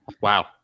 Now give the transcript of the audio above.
Wow